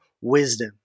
wisdom